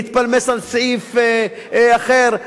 להתפלמס על סעיף אחר,